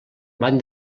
van